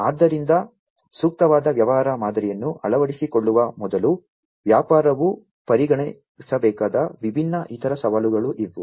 ಆದ್ದರಿಂದ ಸೂಕ್ತವಾದ ವ್ಯವಹಾರ ಮಾದರಿಯನ್ನು ಅಳವಡಿಸಿಕೊಳ್ಳುವ ಮೊದಲು ವ್ಯಾಪಾರವು ಪರಿಗಣಿಸಬೇಕಾದ ವಿಭಿನ್ನ ಇತರ ಸವಾಲುಗಳು ಇವು